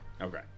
Okay